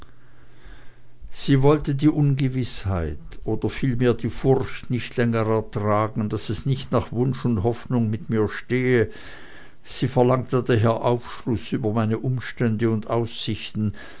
sie wollte die ungewißheit oder vielmehr die furcht nicht länger ertragen daß es nicht nach wunsch und hoffnung mit mir stehe sie verlangte daher aufschluß über meine umstände und aussichten